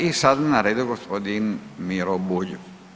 I sada je na redu gospodin Miro Bulj.